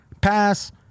pass